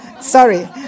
Sorry